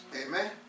Amen